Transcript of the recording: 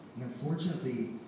unfortunately